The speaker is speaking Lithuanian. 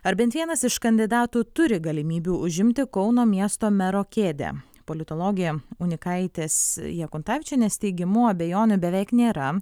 ar bent vienas iš kandidatų turi galimybių užimti kauno miesto mero kėdę politologė unikaitės jakuntavičienės teigimu abejonių beveik nėra